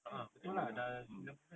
ah mm